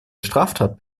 straftat